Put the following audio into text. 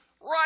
right